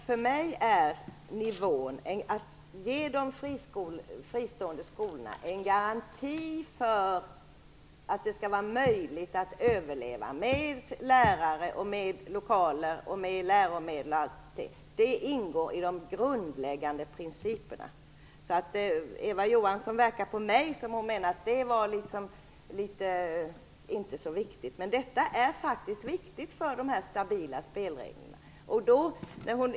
Herr talman! För mig ingår det i de grundläggande principerna att ge de fristående skolorna en garanti för att det skall vara möjligt att överleva, med lärare, lokaler, läromedel osv. Det verkar som om Eva Johansson menar att det inte är så viktigt. Det är viktigt med stabila spelregler.